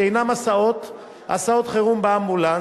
שאינם הסעות חירום באמבולנס,